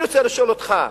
אני רוצה לשאול אותך,